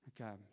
Okay